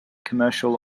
commercial